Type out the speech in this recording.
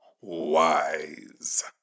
Wise